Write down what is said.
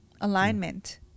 alignment